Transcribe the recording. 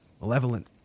malevolent